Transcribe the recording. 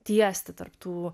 tiesti tarp tų